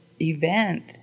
event